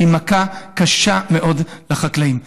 שהיא מכה קשה מאוד לחקלאים.